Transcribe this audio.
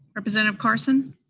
representative carson?